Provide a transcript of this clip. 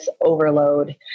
overload